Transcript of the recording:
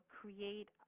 create